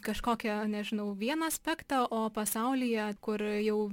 kažkokią nežinau vieną aspektą o pasaulyje kur jau